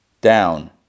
down